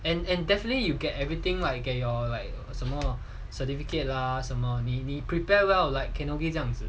and and definitely you get everything like you get your like some more certificate lah 什么 need prepare well like Carnegie 这样子